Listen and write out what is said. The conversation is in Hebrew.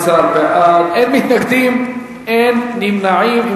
12 בעד, אין מתנגדים, אין נמנעים.